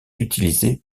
utilisée